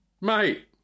Mate